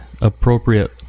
appropriate